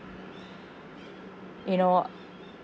you know